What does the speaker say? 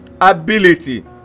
Ability